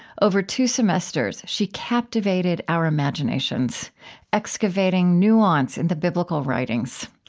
over two semesters, she captivated our imaginations excavating nuance in the biblical writings.